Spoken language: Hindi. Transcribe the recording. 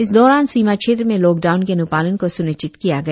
इस दौरान सीमा क्षेत्र में लोकडाउन के अन्पालन को सुनिश्चित किया गया